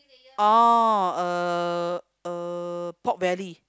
oh uh uh pork belly